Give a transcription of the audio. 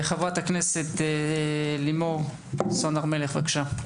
חברת הכנסת לימור סון הר מלך, בבקשה.